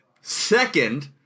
Second